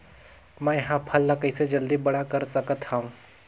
मैं ह फल ला कइसे जल्दी बड़ा कर सकत हव?